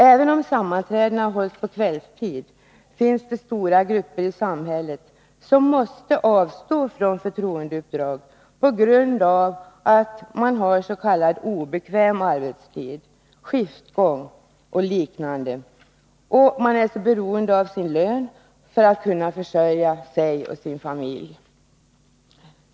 Även om sammanträdena hålls på kvällstid finns det stora grupper i samhället som måste avstå från förtroendeuppdrag på grund av att de har s.k. obekväm arbetstid, skiftgång och liknande och eftersom de är beroende av sin lön för att kunna försörja sig och sin familj.